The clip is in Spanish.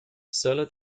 sólo